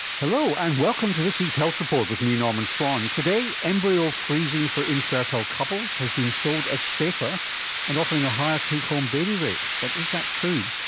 hello, and welcome to this week's health report with me, norman swan. today, embryo freezing for infertile couples has been sold as safer and offering a higher take-home baby rate, but is that true?